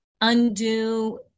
undo